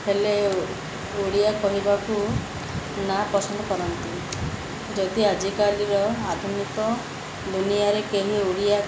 ହେଲେ ଓଡ଼ିଆ କହିବାକୁ ନାପସନ୍ଦ କରନ୍ତି ଯଦି ଆଜିକାଲିର ଆଧୁନିକ ଦୁନିଆରେ କେହି ଓଡ଼ିଆ